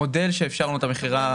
המודל שאפשרנו את המכירה,